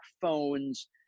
phones